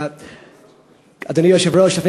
אדוני היושב-ראש,